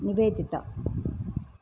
Nivedita